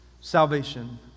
salvation